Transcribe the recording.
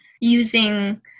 using